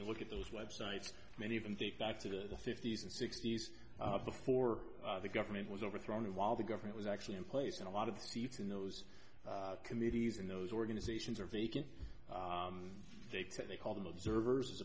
you look at those websites many of them take back to the fifty's and sixty's before the government was overthrown and while the government was actually in place in a lot of the seats in those committees and those organizations are vacant dates that they call them observers as